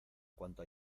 cuánto